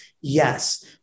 Yes